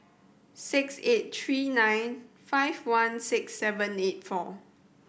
six eight three nine five one six seven eight four